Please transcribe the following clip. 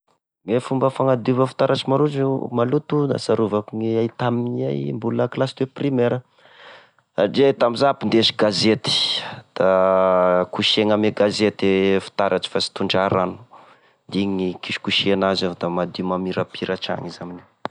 Gne fomba fagnadiova e fitaratry maloto zao, maloto ahasarovako, ny ahy tamin'ahy mbola kilasy de primaire! ndre iay tamiza ah mpindesy gazety da kosehina ame gazety e fitaratry fa tsy tondra rano de igny gne ikosekose anazy eo, da madio mamirapiratry agny izy amin'io.